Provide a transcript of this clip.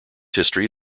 history